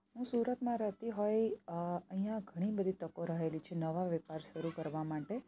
હું સુરતમાં રહેતી હોઈ અહીંયાં ઘણી બધી તકો રહેલી છે નવા વેપાર શરૂ કરવા માટે